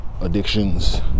addictions